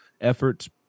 efforts